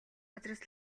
газраас